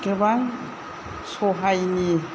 गोबां सहायनि